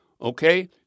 Okay